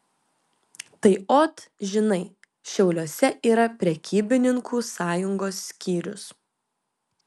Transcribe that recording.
tai ot žinai šiauliuose yra prekybininkų sąjungos skyrius